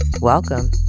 Welcome